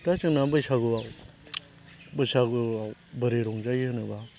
दा जोंना बैसागुआव बैसागुआव बोरै रंजायो होनोब्ला